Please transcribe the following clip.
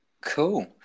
Cool